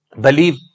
believe